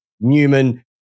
Newman